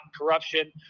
corruption